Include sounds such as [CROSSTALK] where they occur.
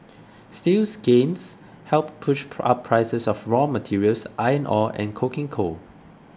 steel's gains helped push [NOISE] up prices of raw materials iron ore and coking coal